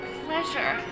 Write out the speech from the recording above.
pleasure